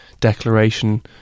declaration